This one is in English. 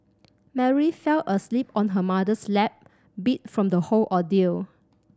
Mary fell asleep on her mother's lap beat from the whole ordeal